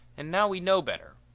and now we know better.